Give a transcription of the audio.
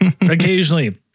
occasionally